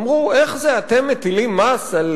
אמרו: איך זה אתם מטילים מס על